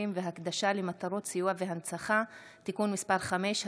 והקדשה למטרות סיוע והנצחה) (תיקון מס' 5),